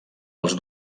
els